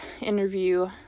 interview